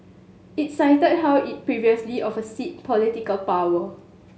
it cited how it previously of seat political power